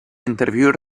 интервьюер